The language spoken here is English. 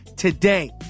Today